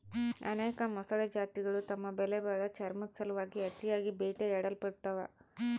ಅನೇಕ ಮೊಸಳೆ ಜಾತಿಗುಳು ತಮ್ಮ ಬೆಲೆಬಾಳೋ ಚರ್ಮುದ್ ಸಲುವಾಗಿ ಅತಿಯಾಗಿ ಬೇಟೆಯಾಡಲ್ಪಡ್ತವ